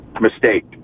mistake